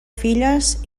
filles